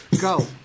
go